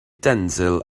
denzil